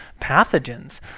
pathogens